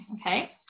okay